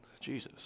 Jesus